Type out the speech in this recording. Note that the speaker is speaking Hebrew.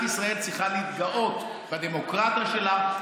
ישראל צריכה להתגאות בדמוקרטיה שלה,